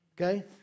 Okay